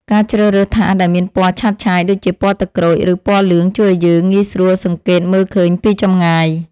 ការជ្រើសរើសថាសដែលមានពណ៌ឆើតឆាយដូចជាពណ៌ទឹកក្រូច ឬពណ៌លឿងជួយឱ្យយើងងាយស្រួលសង្កេតមើលឃើញពីចម្ងាយ។